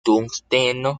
tungsteno